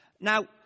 Now